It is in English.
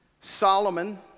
Solomon